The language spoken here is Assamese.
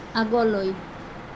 আগলৈ